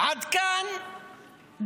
עד כאן דיברתי,